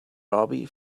robbie